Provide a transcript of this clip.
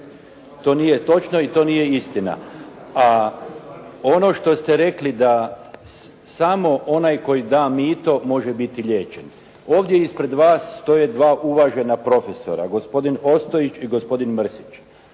To nije točno i to nije istina. A ono što ste rekli da samo onaj koji da mito može biti liječen. Ovdje ispred vas stoje dva uvažena profesora, gospodin Ostojić i gospodin Mrsić.